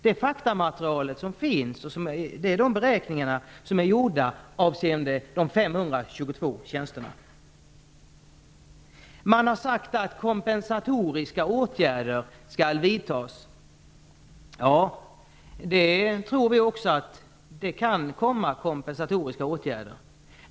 Det faktaunderlag som finns är de beräkningar som gjorts avseende de 522 tjänsterna. Man har sagt att kompensatoriska åtgärder skall vidtas. Ja, vi tror också att det kommer sådana åtgärder.